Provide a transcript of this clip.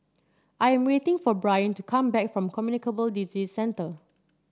I am waiting for Brion to come back from Communicable Disease Centre